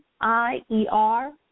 I-E-R